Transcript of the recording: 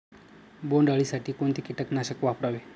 बोंडअळी साठी कोणते किटकनाशक वापरावे?